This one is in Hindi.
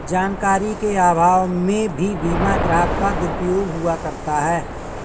जानकारी के अभाव में भी बीमा ग्राहक का दुरुपयोग हुआ करता है